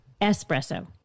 Espresso